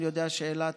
אני יודע שאילת